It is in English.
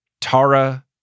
Tara